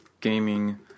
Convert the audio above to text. gaming